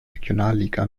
regionalliga